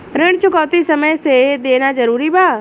ऋण चुकौती समय से देना जरूरी बा?